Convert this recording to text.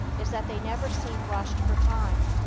is that they never seem rushed for time.